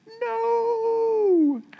No